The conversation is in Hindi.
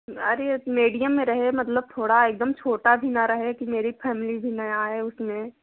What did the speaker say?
अरे एक मेडियम में रहे मतलब थोड़ा एकदम छोटा भी ना रहे कि मेरी फैमली भी ना आए उसमें